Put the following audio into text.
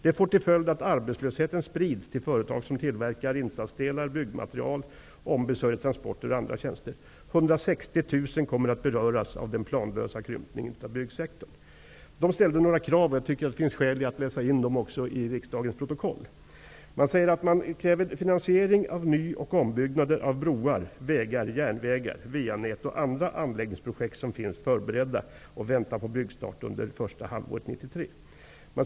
Det får till följd att arbetslösheten sprids till företag som tillverkar insatsdelar, byggmaterial, ombesörjer transporter och andra tjänster. 160 000 kommer att beröras av den planlösa krympningen av byggsektorn. De ställde några krav som jag tycker finns skäl att läsa in i riksdagens protokoll. Man krävde finansiering av ny och ombyggnader av broar, vägar, järnvägar, VA-nät och andra anläggningsprojekt som finns förberedda och väntar på byggstart under första halvåret 1993.